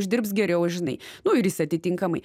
uždirbs geriau žinai nu ir jis atitinkamai